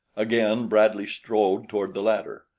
again bradley strode toward the ladder,